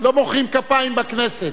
לא מוחאים כפיים בכנסת.